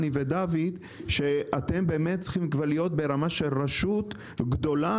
על כך שאתם צריכים כבר להיות ברמה של רשות גדולה,